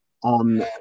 on